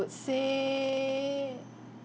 would say